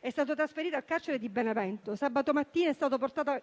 è stato trasferito in quello di Benevento. Sabato mattina è stato portato